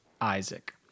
Isaac